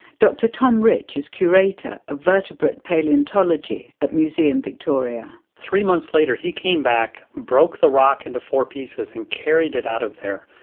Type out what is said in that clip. dr tom rich is curator of vertebrate palaeontology at museum victoria. victoria. three months later he came back, broke the rock into four pieces and carried it out of there.